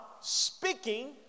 speaking